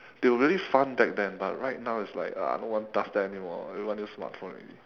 they were really fun back then but right now it's like uh I don't want touch that anymore everyone use smart phone already